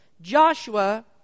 Joshua